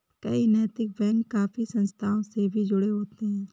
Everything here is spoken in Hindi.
कई नैतिक बैंक काफी संस्थाओं से भी जुड़े होते हैं